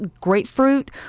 grapefruit